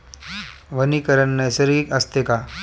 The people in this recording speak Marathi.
वनीकरण नैसर्गिक असते का?